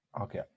Okay